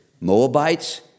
Moabites